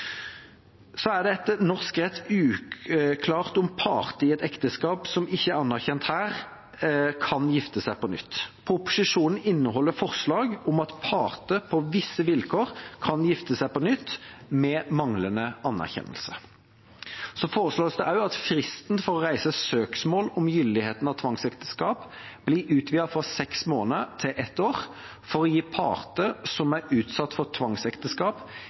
Det er etter norsk rett uklart om parter i et ekteskap som ikke er anerkjent her, kan gifte seg på nytt. Proposisjonen inneholder forslag om at partene på visse vilkår kan gifte seg på nytt ved manglende anerkjennelse. Det foreslås også at fristen for å reise søksmål om gyldigheten av tvangsekteskap blir utvidet fra seks måneder til et år for å gi parter som er utsatt for tvangsekteskap,